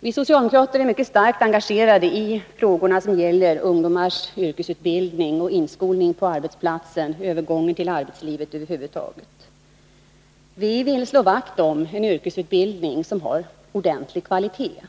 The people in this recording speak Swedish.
Vi socialdemokrater är mycket starkt engagerade i de frågor som gäller ungdomarnas yrkesutbildning, inskolning på arbetsplatserna och övergång till arbetslivet över huvud taget. Vi vill slå vakt om en yrkesutbildning som har ordentlig kvalitet.